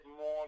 more